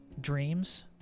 dreams